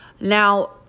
Now